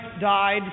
died